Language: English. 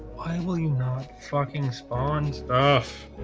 why will you not fucking spawns stuff